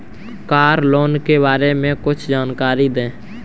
Car loan के बारे में कुछ जानकारी दें?